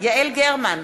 יעל גרמן,